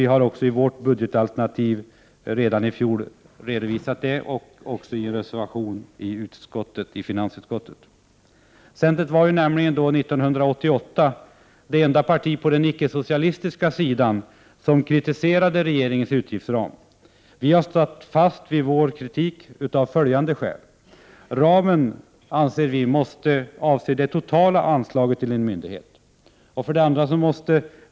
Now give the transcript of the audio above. Vi har också i vårt budgetalternativ i fjol och i en reservation i finansutskottet redovisat detta. Centern var 1988 det enda parti på den icke-socialistiska sidan som kritiserade regeringens utgiftsram. Vi har stått fast vid vår kritik av följande skäl: Ramen måste avse det totala anslaget till en myndighet.